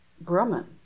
Brahman